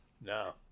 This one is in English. No